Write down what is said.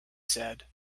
said